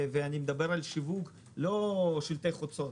אני מדבר על שיווק שהוא לא שלטי חוצות,